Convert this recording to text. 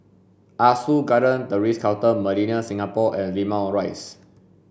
Ah Soo Garden The Ritz Carlton Millenia Singapore and Limau Rise